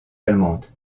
allemande